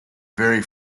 very